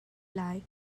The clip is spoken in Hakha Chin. lai